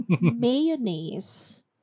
Mayonnaise